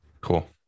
cool